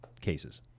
cases